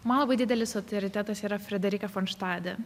man labai didelis autoritetas yra frederika fonštadė